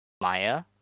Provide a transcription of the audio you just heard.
Maya